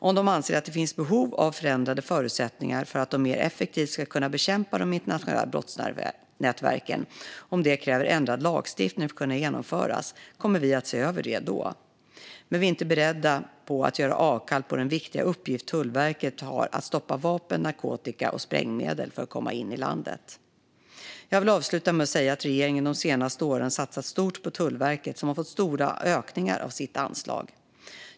Om de anser att det finns behov av förändrade förutsättningar för att de mer effektivt ska kunna bekämpa de internationella brottsnätverken och om det kräver ändrad lagstiftning för att kunna genomföras kommer vi då att se över det. Men vi är inte beredda att göra avkall på den viktiga uppgift Tullverket har att stoppa vapen, narkotika och sprängmedel från att komma in i landet. Jag vill avsluta med att säga att regeringen de senaste åren har satsat stort på Tullverket, som har fått stora ökningar av sitt anslag.